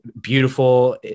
beautiful